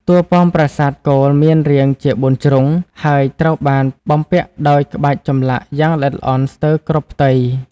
តួប៉មប្រាសាទគោលមានរាងជា បួនជ្រុង ហើយត្រូវបានបំពាក់ដោយក្បាច់ចម្លាក់យ៉ាងល្អិតល្អន់ស្ទើរគ្រប់ផ្ទៃ។